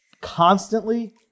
constantly